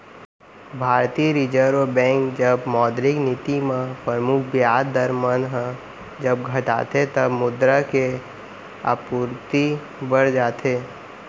भारतीय reserve bank जब मौद्रिक नीति म परमुख बियाज दर मन ह जब घटाथे तब मुद्रा के आपूरति बड़ जाथे